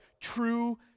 true